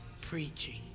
preaching